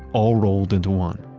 all rolled into one